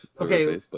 Okay